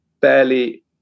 fairly